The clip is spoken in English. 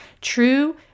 true